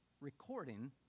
recording